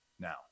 now